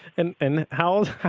and and how old,